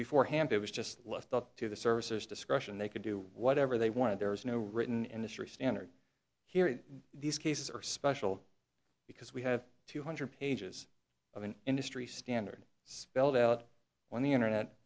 before hand it was just left up to the servicers discretion they could do whatever they wanted there is no written industry standard here these cases are special because we have two hundred pages of an industry standard spelled out on the internet